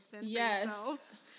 yes